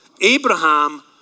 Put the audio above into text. Abraham